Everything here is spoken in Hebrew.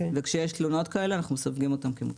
וכאשר יש תלונות כאלה אנחנו מסווגים אותן כמוצדקות.